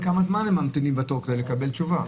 וכמה זמן הם ממתינים בתור כדי לקבל תשובה?